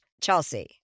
chelsea